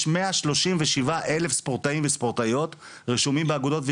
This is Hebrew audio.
יש מאה שלושים ושבעה אלף ספורטאים וספורטאיות רשומים באגודות ואיגודים.